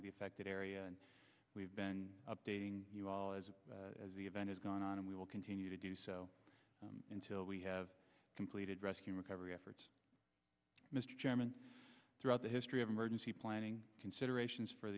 the affected area and we've been updating you all as as the event has gone on and we will continue to do so until we have completed rescue recovery efforts mr chairman throughout the history of emergency planning considerations for